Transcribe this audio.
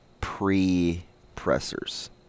pre-pressers